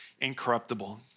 incorruptible